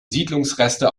siedlungsreste